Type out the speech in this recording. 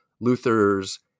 Luther's